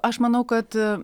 aš manau kad